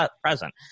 present